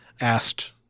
asked